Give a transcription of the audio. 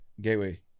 Gateway